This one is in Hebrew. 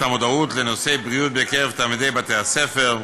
המודעות לנושא הבריאות בקרב תלמידי בתי-הספר.